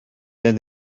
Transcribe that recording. then